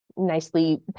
nicely